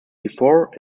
before